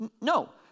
No